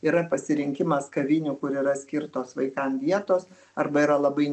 yra pasirinkimas kavinių kur yra skirtos vaikam vietos arba yra labai